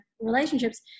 relationships